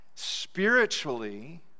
Spiritually